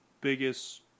Biggest